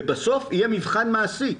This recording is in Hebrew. ובסוף יהיה מבחן מעשי,